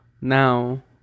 now